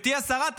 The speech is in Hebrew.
גברתי השרה,